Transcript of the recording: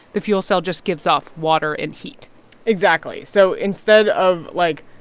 the fuel cell just gives off water and heat exactly. so instead of, like,